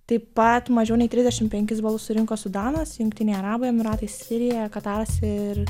taip pat mažiau nei trisdešimt penkis balus surinko sudanas jungtiniai arabų emyratai sirija kataras ir